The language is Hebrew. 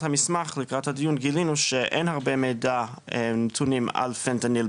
המסמך לקראת הדיון גילינו שאין הרבה מידע נתונים על פנטניל,